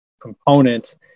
component